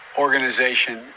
organization